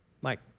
Mike